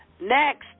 Next